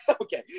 okay